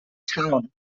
town